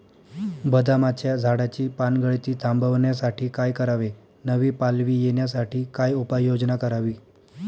बदामाच्या झाडाची पानगळती थांबवण्यासाठी काय करावे? नवी पालवी येण्यासाठी काय उपाययोजना करावी?